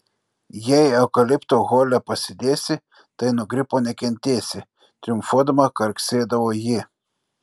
jei eukalipto hole pasidėsi tai nuo gripo nekentėsi triumfuodama karksėdavo ji